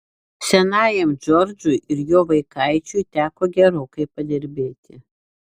senajam džordžui ir jo vaikaičiui teko gerokai padirbėti